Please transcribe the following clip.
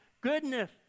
goodness